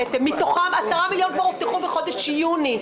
מתוכם 10 מיליון שקלים הובטחו כבר בחודש יוני.